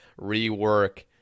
rework